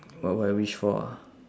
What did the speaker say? what would I wish for ah